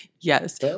Yes